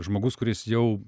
žmogus kuris jau